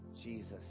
Jesus